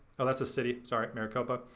oh that's a city, sorry, maricopa.